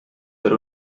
per